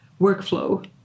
workflow